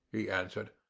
he answered.